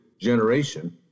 generation